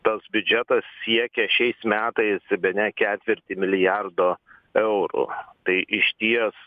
tas biudžetas siekia šiais metais bene ketvirtį milijardo eurų tai išties